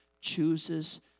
chooses